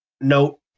note